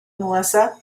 melissa